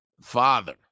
father